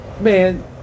Man